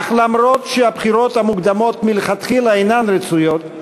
אך אף שהבחירות המוקדמות מלכתחילה אינן רצויות,